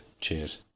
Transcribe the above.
Cheers